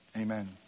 Amen